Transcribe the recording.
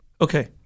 Okay